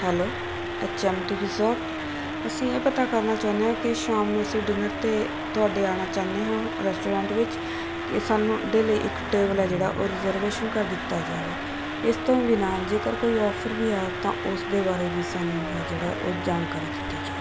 hello H M T resort ਅਸੀਂ ਇਹ ਪਤਾ ਕਰਨਾ ਚਾਹੁੰਦੇ ਹਾਂ ਕਿ ਸ਼ਾਮ ਨੂੰ ਅਸੀਂ ਡਿਨਰ 'ਤੇ ਤੁਹਾਡੇ ਆਉਣਾ ਚਾਹੁੰਦੇ ਹਾਂ ਰੈਸਟੋਰੈਂਟ ਵਿੱਚ ਕਿ ਸਾਨੂੰ ਉਹਦੇ ਲਈ ਇੱਕ ਟੇਬਲ ਹੈ ਜਿਹੜਾ ਉਹ ਰਿਜ਼ਰਵੇਸ਼ਨ ਕਰ ਦਿੱਤਾ ਜਾਵੇ ਇਸ ਤੋਂ ਬਿਨਾਂ ਜੇਕਰ ਕੋਈ ਔਫਰ ਵੀ ਹੈ ਤਾਂ ਉਸਦੇ ਬਾਰੇ ਵੀ ਸਾਨੂੰ ਹੈ ਜਿਹੜਾ ਉਹ ਜਾਣਕਾਰੀ ਦਿੱਤੀ ਜਾਵੇ